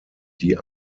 die